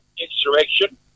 insurrection